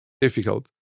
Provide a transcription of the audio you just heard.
difficult